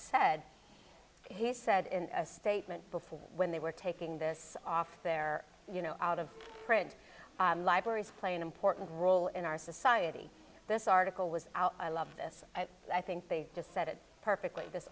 said he said in a statement before when they were taking this off their you know out of print libraries play an important role in our society this article was out i love this i think they just said it perfectly this